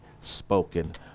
spoken